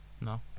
No